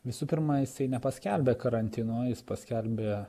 visų pirma jisai nepaskelbė karantino paskelbė